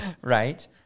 Right